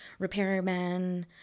repairmen